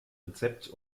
rezept